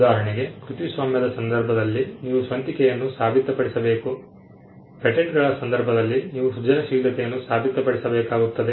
ಉದಾಹರಣೆಗೆ ಕೃತಿಸ್ವಾಮ್ಯದ ಸಂದರ್ಭದಲ್ಲಿ ನೀವು ಸ್ವಂತಿಕೆಯನ್ನು ಸಾಬೀತುಪಡಿಸಬೇಕು ಪೇಟೆಂಟ್ಗಳ ಸಂದರ್ಭದಲ್ಲಿ ನೀವು ಸೃಜನಶೀಲತೆಯನ್ನು ಸಾಬೀತುಪಡಿಸಬೇಕಾಗುತ್ತದೆ